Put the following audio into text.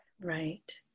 right